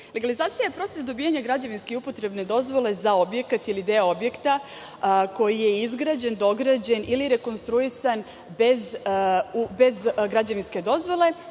Legalizacija je proces dobijanja građevinske i upotrebne dozvole za objekat ili deo objekta koji je izgrađen, dograđen ili rekonstruisan bez građevinske dozvole,